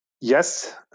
Yes